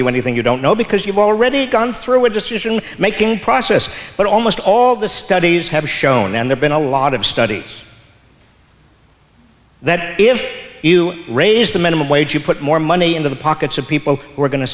you anything you don't know because you've already gone through a decision making process but almost all the studies have shown and there been a lot of studies that if you raise the minimum wage you put more money into the pockets of people we're go